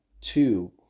two